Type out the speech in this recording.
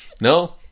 No